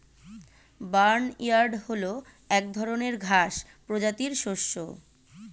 barnyard হল এক ধরনের ঘাস প্রজাতির শস্য